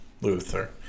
Luther